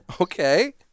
Okay